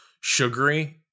sugary